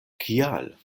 kial